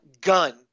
gun